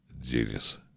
Genius